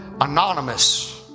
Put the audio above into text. anonymous